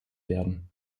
werden